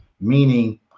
Meaning